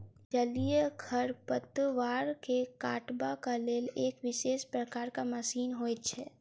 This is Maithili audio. जलीय खढ़पतवार के काटबाक लेल एक विशेष प्रकारक मशीन होइत छै